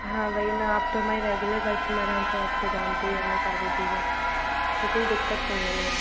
हाँ वही ना आप तो हमारे रेगुलर कस्टमर हैं तो आप तो जानते ही होंगे सारी चीज़ें तो कोई दिक्कत नहीं है मैम